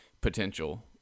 potential